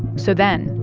so then,